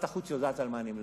שרת החוץ יודעת על מה אני מדבר.